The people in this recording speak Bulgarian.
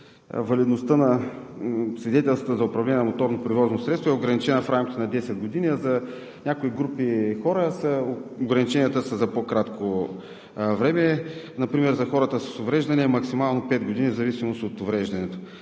валидността на свидетелството за управление на моторно превозно средство е ограничена в рамките на 10 години, а за някои групи хора ограниченията са за по-кратко време. Например за хората с увреждания е максимално пет години в зависимост от увреждането.